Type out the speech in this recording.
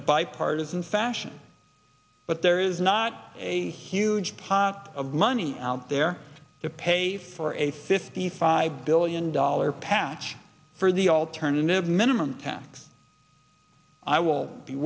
a bipartisan fashion but there is not a huge pot of money out there to pay for a fifty five billion dollar patch for the alternative minimum tax i will be